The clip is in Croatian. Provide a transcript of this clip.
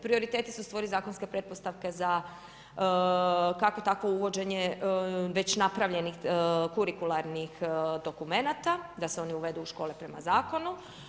Prioriteti su stvoriti zakonske pretpostavke za kakve takvo uvođenje već napravljenih kurikularnih dokumenata, da se oni uvedu u škole prema zakonu.